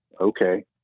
okay